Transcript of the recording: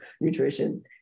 nutrition